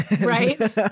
Right